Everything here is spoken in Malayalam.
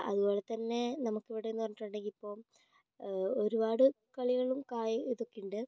അതുപോലെ തന്നെ നമുക്കിവിടെയെന്ന് പറഞ്ഞിട്ടുണ്ടെങ്കിൽ ഇപ്പോൾ ഒരുപാട് കളികളും ഇതൊക്കെയുണ്ട്